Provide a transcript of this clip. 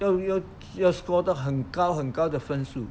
要要要 score 到很高很高的分数